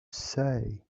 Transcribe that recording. say